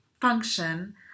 function